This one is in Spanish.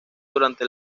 durante